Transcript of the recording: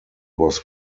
was